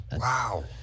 Wow